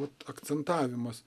vat akcentavimas